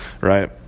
Right